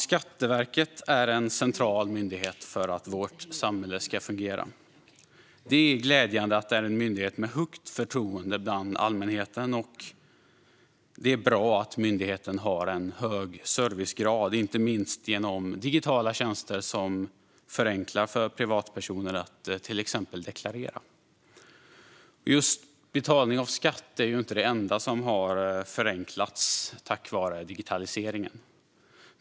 Skatteverket är en central myndighet för att vårt samhälle ska fungera. Det är glädjande att myndigheten åtnjuter högt förtroende bland allmänheten. Det är bra att myndigheten har en hög servicegrad, inte minst genom digitala tjänster som förenklar för privatpersoner att till exempel deklarera. Just betalning av skatt är inte det enda som har förenklats tack vare digitaliseringen.